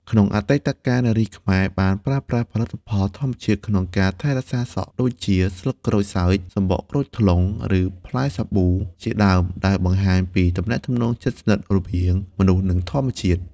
ក្នុងអតីតកាល នារីខ្មែរបានប្រើប្រាស់ផលិតផលធម្មជាតិក្នុងការថែរក្សាសក់ដូចជា ស្លឹកក្រូចសើច សំបកក្រូចថ្លុង ឬផ្លែសាប៊ូ ជាដើម ដែលបង្ហាញពីទំនាក់ទំនងជិតស្និទ្ធរវាងមនុស្ស និងធម្មជាតិ។